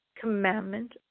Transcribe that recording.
commandment